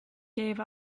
gave